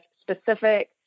specific